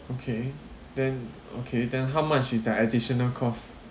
okay then okay then how much is the additional cost